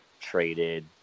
traded